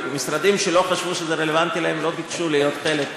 משרדים שלא חשבו שזה רלוונטי להם לא ביקשו להיות חלק מהתהליך,